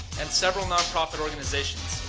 and several non-profit organizations.